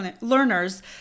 learners